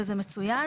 וזה מצוין.